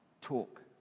talk